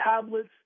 tablets